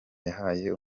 yahaye